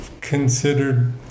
considered